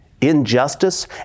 Injustice